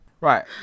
Right